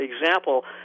example